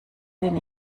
den